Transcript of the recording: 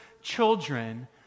children